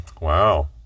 wow